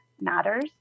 matters